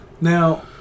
now